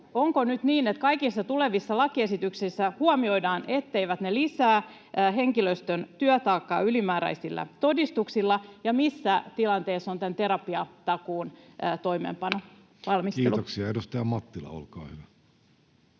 Onko nyt niin, että kaikissa tulevissa lakiesityksessä huomioidaan, etteivät ne lisää henkilöstön työtaakkaa ylimääräisillä todistuksilla? Ja missä tilanteessa on tämän terapiatakuun toimeenpanon valmistelu? [Speech